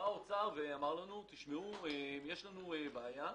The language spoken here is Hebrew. בא האוצר ואמר לנו: תשמעו, יש לנו בעיה.